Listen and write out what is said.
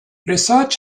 research